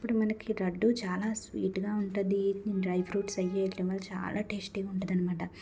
అప్పుడు మనకి లడ్డు చాలా స్వీటుగా ఉంటది డ్రై ఫ్రూట్స్ అవి చాలా టేస్టీగా ఉంటాయనమాట